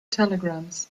telegrams